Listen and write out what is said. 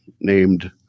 named